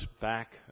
back